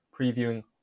previewing